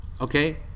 okay